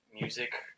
music